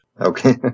Okay